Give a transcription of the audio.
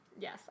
yes